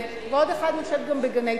אני חושבת שעוד אחת גם בגני-תקווה.